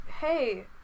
Hey